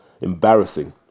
Embarrassing